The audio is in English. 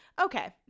Okay